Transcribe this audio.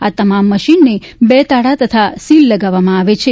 આ તમામ મશીનને બે તાળાં તથા સીલ લગાવવામાં આવે છે